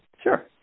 Sure